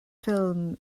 ffilm